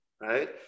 right